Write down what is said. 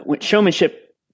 showmanship